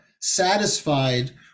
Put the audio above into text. satisfied